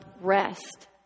rest